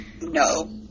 no